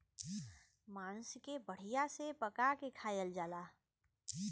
मांस के बढ़िया से पका के खायल जाला